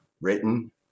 written